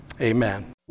Amen